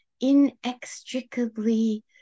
inextricably